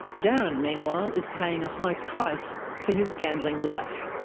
darren, meanwhile, is paying a high price for his gambling life.